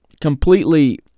completely